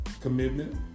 commitment